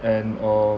and uh